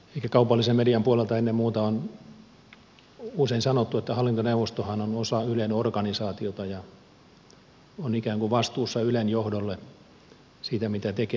ehkä kaupallisen median puolelta ennen muuta on usein sanottu että hallintoneuvostohan on osa ylen organisaatiota ja on ikään kuin vastuussa ylen johdolle siitä mitä tekee